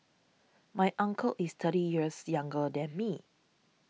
my uncle is thirty years younger than me